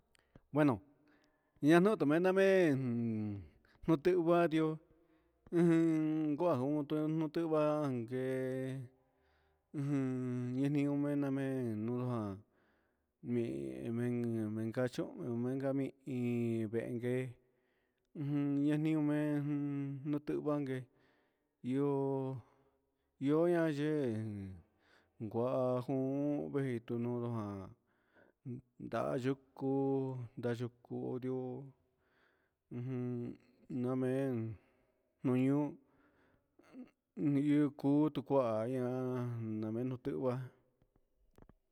Bueno ña nuun tu namee jun nutio a va ndioo guee ujun ñenuhmaje nuan meen meenca mihin nde guee ujun ña niun mee un tihva guee yoo na yee guaha jun vejitu nuun ndaha yutu ndaha yutu nduu ujun namee maniun yɨcu ticuaha ian namee un tia